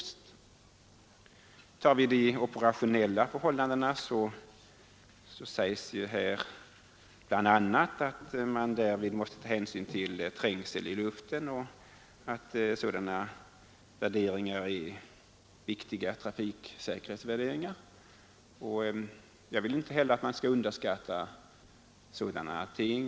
Beträffande de operationella förhållandena sägs i svaret bl.a. att man måste ta hänsyn till trängseln i luften och att detta är viktiga trafiksäkerhetsvärderingar. Jag vill inte heller att man skall underskatta sådana ting.